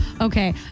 Okay